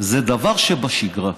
זה דבר שבשגרה.